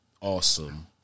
awesome